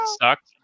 sucked